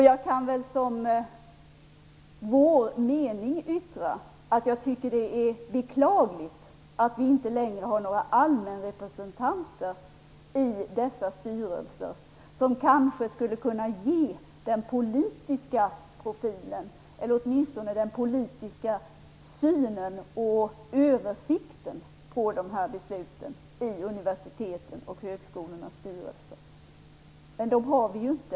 Jag kan som vår mening yttra att jag tycker att det är beklagligt att vi inte längre har allmänrepresentanter i dessa styrelser som skulle kunna ge den politiska profilen, eller åtminstone den politiska synen och översikten, över besluten i universitetens och högskolornas styrelser. Men så har vi det inte.